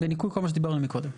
בניכוי כל מה שדיברנו קודם.